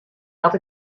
dat